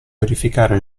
verificare